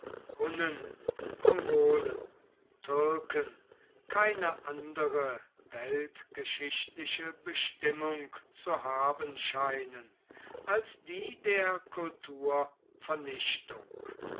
hunnen mongolen türken keine andere weltgeschichtliche bestimmung zu haben scheinen als die der